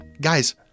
Guys